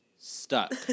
stuck